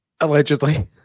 Allegedly